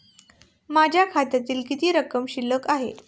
माझ्या खात्यात किती रक्कम शिल्लक आहे?